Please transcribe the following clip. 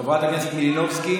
חברת הכנסת מלינובסקי,